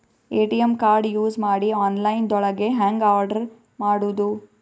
ATM card use ಮಾಡಿ online ದೊಳಗೆ ಹೆಂಗ್ ಆರ್ಡರ್ ಮಾಡುದು?